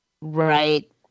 Right